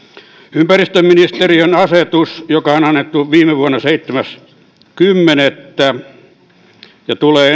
ympäristöministeriön uuden rakennuksen sisäilmastosta annetun asetuksen joka on annettu viime vuonna seitsemäs kymmenettä ja tulee